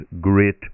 great